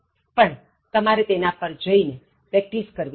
પણ તમારે તેના પર જઇ પ્રેક્ટિસ કરવી જોઇએ